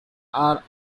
are